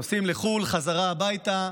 הם נוסעים לחו"ל, חזרה הביתה,